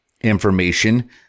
information